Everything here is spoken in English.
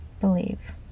believe